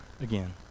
again